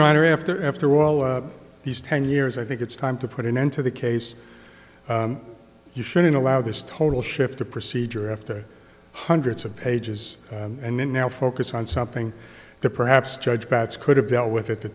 honor after after all these ten years i think it's time to put an end to the case you shouldn't allow this total shift to procedure after hundreds of pages and then now focus on something that perhaps judge bats could have dealt with at the